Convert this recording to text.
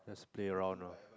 play around orh